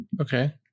Okay